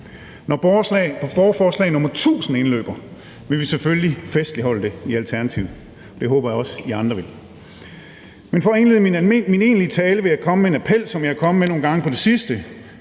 Når borgerforslag nr. 1.000 indløber, vil vi selvfølgelig festligholde det i Alternativet, og det håber jeg også at I andre vil. Men for at indlede min egentlige tale vil jeg komme med en appel, som jeg er kommet med nogle gange på det sidste: